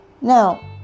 Now